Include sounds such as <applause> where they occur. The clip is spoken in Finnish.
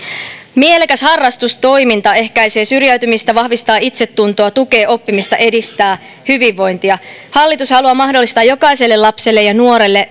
mielekäs harrastustoiminta ehkäisee syrjäytymistä vahvistaa itsetuntoa tukee oppimista edistää hyvinvointia hallitus haluaa mahdollistaa jokaiselle lapselle ja nuorelle <unintelligible>